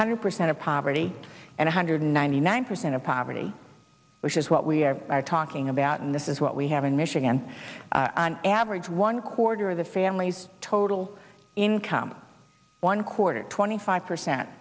hundred percent of poverty and a hundred ninety nine percent of poverty which is what we are talking about and this is what we have in michigan on average one quarter of the families total income one quarter twenty five percent